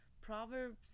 Proverbs